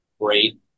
great